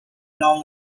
long